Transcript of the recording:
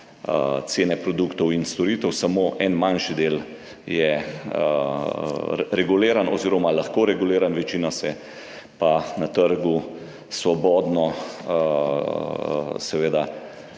cene produktov in storitev, samo en manjši del je reguliran oziroma lahko reguliran, večinoma se pa na trgu svobodno